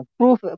proof